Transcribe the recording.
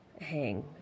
hang